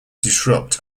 disrupt